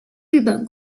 日本